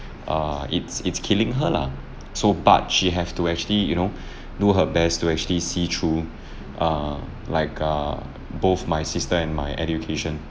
err it's it's killing her lah so but she have to actually you know do her best to actually see through err like err both my sister and my education